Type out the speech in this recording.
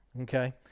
okay